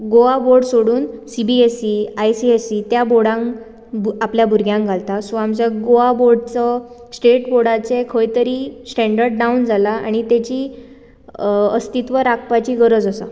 Goa board सोडून C B S C I C S E त्या बोर्डांक आपल्या भुरग्यांक घालता सो आमच्या गोवा बोर्डचो स्टॅट बोर्डाचें खंय तरी स्टेंडर्ड डावन जाला आनी ताची अस्तित्व राखपाची गरज आसा